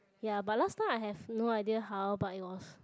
ya but last time I have no idea how but it was